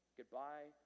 Goodbye